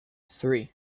three